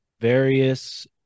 various